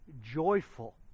joyful